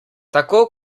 tako